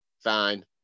Fine